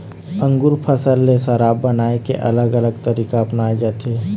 अंगुर फसल ले शराब बनाए के अलग अलग तरीका अपनाए जाथे